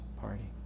party